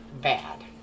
bad